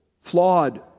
Flawed